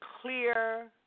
clear